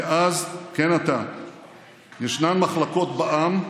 כאז כן עתה ישנן מחלוקות בעם,